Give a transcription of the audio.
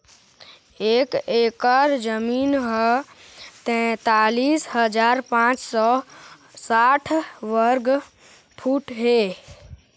एक एकर जमीन ह तैंतालिस हजार पांच सौ साठ वर्ग फुट हे